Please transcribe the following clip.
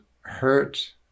hurt